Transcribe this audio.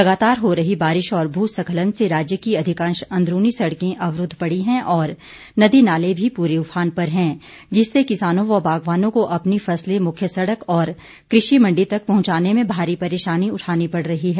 लगातार हो रही बारिश और भू स्खलन से राज्य की अधिकांश अंदरूनी सड़कें अवरूद्व पड़ी हैं और नदी नाले भी पूरे उफान पर हैं जिससे किसानों व बागवानों को अपनी फसलें मुख्य सड़क और कृषि मंडी तक पहंचाने में भारी परेशानी उठानी पड़ रही है